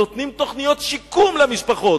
נותנים תוכניות שיקום למשפחות.